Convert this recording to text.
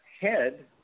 head